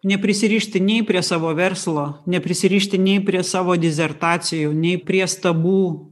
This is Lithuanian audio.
neprisirišti nei prie savo verslo neprisirišti nei prie savo disertacijų nei prie stabų